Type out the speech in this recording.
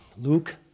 Luke